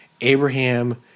Abraham